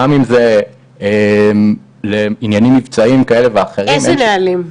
גם אם זה לעניינים מבצעיים כאלה ואחרים --- איזה נהלים?